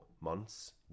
months